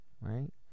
Right